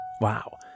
Wow